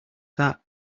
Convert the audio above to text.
that